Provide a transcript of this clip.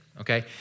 okay